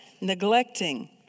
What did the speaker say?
Neglecting